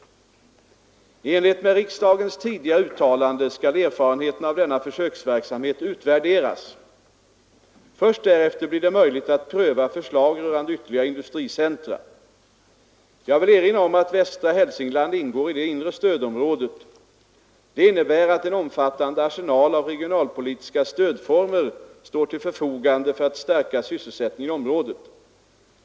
I enlighet med riksdagens tidigare uttalande skall erfarenheterna av denna försöksverksamhet utvärderas. Först därefter blir det möjligt att pröva förslag rörande ytterligare industricentra. Jag vill erinra om att västra Hälsingland ingår i det inre stödområdet. Det innebär att en omfattande arsenal av regionalpolitiska stödformer står till förfogande för att stärka sysselsättningen i området.